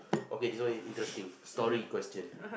okay this one is interesting story question